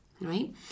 right